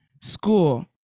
school